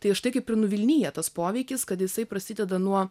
tai štai kaip ir nuvilnija tas poveikis kad jisai prasideda nuo